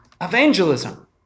evangelism